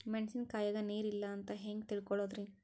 ಮೆಣಸಿನಕಾಯಗ ನೀರ್ ಇಲ್ಲ ಅಂತ ಹೆಂಗ್ ತಿಳಕೋಳದರಿ?